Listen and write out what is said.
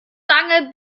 lange